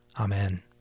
Amen